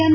N